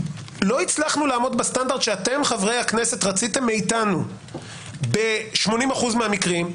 לא הצלחנו לעמוד בסטנדרט שאתם חברי הכנסת רציתם מאיתנו ב-80% מהמקרים,